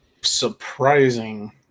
surprising